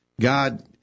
God